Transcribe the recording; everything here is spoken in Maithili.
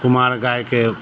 कुमार गायके